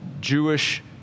Jewish